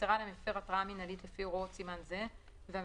נמסרה למפר התראה מנהלית לפי הוראות סימן זה והמפר